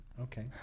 Okay